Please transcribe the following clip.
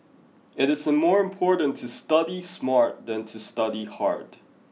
it is more important to study smart than to study hard